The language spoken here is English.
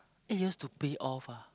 eight years to pay off ah